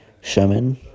Sherman